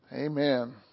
Amen